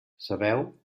sabeu